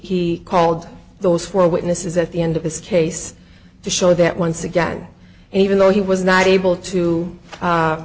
called those four witnesses at the end of this case to show that once again and even though he was not able to